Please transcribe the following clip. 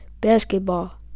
basketball